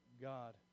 God